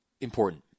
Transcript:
important